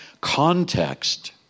context